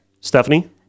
Stephanie